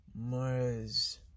Mars